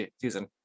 season